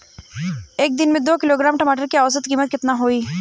एक दिन में दो किलोग्राम टमाटर के औसत कीमत केतना होइ?